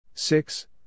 Six